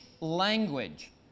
language